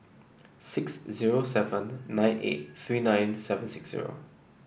six zero seven nine eight three nine seven six zero